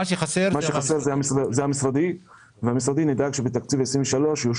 מה שחסר זה התקציב המשרדי ובמשרדי נדאג שבתקציב 2023 זה יושלם.